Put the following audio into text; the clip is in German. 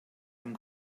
ein